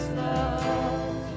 love